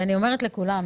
אני אומרת לכולם,